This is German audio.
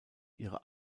ihre